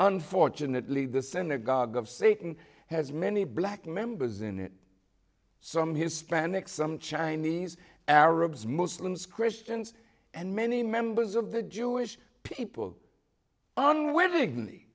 unfortunately the synagogue of satan has many black members in it some hispanic some chinese arabs muslims christians and many members of the jewish people